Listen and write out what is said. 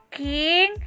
king